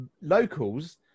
locals